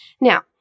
Now